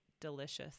delicious